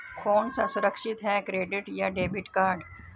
कौन सा सुरक्षित है क्रेडिट या डेबिट कार्ड?